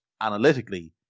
analytically